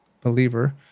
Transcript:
believer